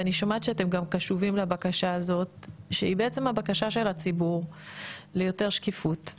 וגם שאתם קשובים לבקשה הזאת שהיא בעצם הבקשה של הציבור ליותר שקיפות.